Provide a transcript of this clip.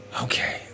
Okay